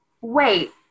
wait